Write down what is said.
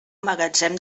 magatzem